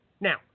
Now